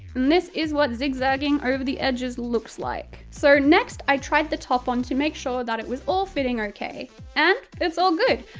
this is what zig-zagging over the edges looks like. so next, i tried the top on to make sure it was all fitting okay and it's all good!